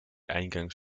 eingangs